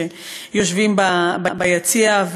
שיושבים ביציע,